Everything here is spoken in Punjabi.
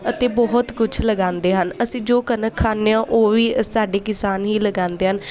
ਅਤੇ ਬਹੁਤ ਕੁਛ ਲਗਾਉਂਦੇ ਹਨ ਅਸੀਂ ਜੋ ਕਣਕ ਖਾਂਦੇ ਹਾਂ ਉਹ ਵੀ ਸਾਡੇ ਕਿਸਾਨ ਹੀ ਲਗਾਉਂਦੇ ਹਨ